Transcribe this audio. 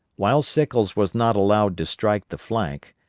while sickles was not allowed to strike the flank,